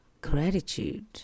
gratitude